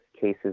cases